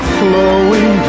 flowing